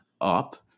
up